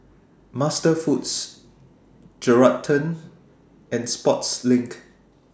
MasterFoods Geraldton and Sportslink